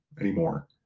anymore